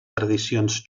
tradicions